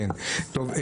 טוב,